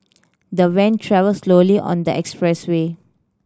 the van travelled slowly on the expressway